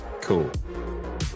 Cool